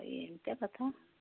ଏମିତିଆ କଥା